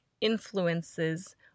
influences